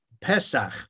Pesach